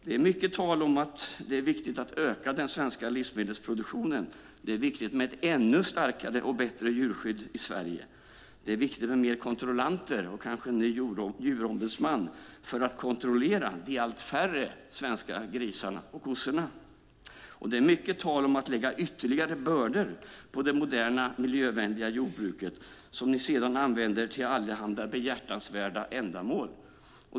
Det är mycket tal om att det är viktigt att öka den svenska livsmedelsproduktionen, att det är viktigt med ett ännu starkare och bättre djurskydd i Sverige, att det är viktigt med mer kontrollanter och kanske en ny djurombudsman, för att kontrollera de allt färre svenska grisarna och kossorna. Det är mycket tal om att lägga ytterligare bördor på det moderna miljövänliga jordbruket, som ni sedan använder till allehanda behjärtansvärda ändamål.